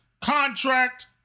contract